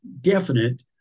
definite